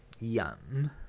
yum